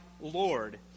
Lord